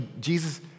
Jesus